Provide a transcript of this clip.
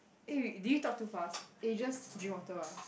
eh do you talk too fast eh just drink water ah